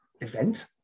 event